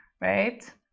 right